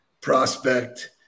prospect